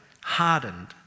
hardened